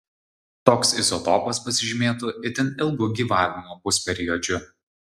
toks izotopas pasižymėtų itin ilgu gyvavimo pusperiodžiu